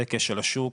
זה כשל השוק,